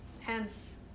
hence